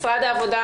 נציגי משרד העבודה,